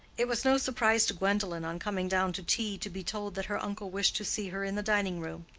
it was no surprise to gwendolen on coming down to tea to be told that her uncle wished to see her in the dining-room.